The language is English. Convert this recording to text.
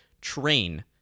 train